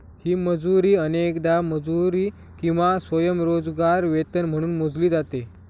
ही मजुरी अनेकदा मजुरी किंवा स्वयंरोजगार वेतन म्हणून मोजली जाते